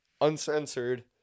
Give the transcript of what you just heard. uncensored